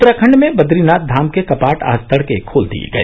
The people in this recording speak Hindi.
उत्तराखंड में बद्रीनाथ धाम के कपाट आज तड़के खोल दिए गए